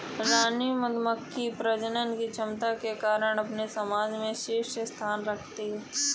रानी मधुमक्खी प्रजनन की क्षमता के कारण अपने समाज में शीर्ष स्थान रखती है